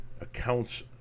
accounts